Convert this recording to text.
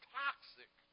toxic